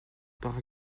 par